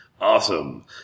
Awesome